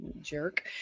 jerk